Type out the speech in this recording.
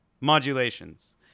modulations